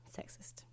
sexist